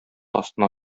астына